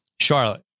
Charlotte